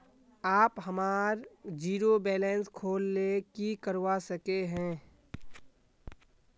आप हमार zero balance खोल ले की करवा सके है?